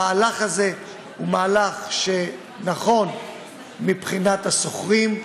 המהלך הזה נכון לשוכרים,